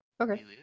Okay